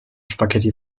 spaghetti